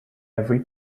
every